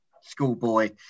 schoolboy